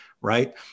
right